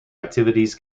activities